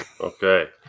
Okay